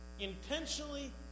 intentionally